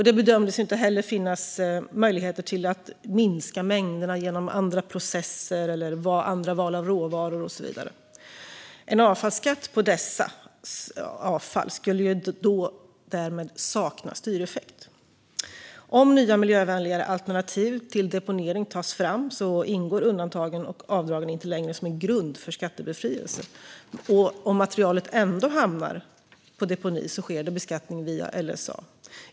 Det bedömdes inte heller finnas möjligheter att minska mängderna genom andra processer, andra val av råvaror och så vidare. En avfallsskatt på detta avfall skulle därmed sakna styreffekt. Om nya miljövänligare alternativ till deponering tas fram ingår undantagen och avdragen inte längre som en grund för skattebefrielse. Om materialet ändå hamnar på deponi sker det beskattning via LSA.